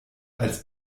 als